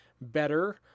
better